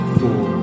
four